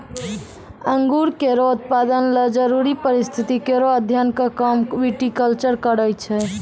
अंगूर केरो उत्पादन ल जरूरी परिस्थिति केरो अध्ययन क काम विटिकलचर करै छै